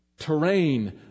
Terrain